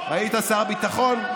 היית שר ביטחון,